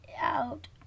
out